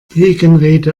gegenrede